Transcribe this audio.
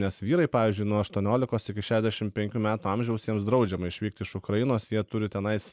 nes vyrai pavyzdžiui nuo aštuoniolikos iki šešdešim penkių metų amžiaus jiems draudžiama išvykti iš ukrainos jie turi tenais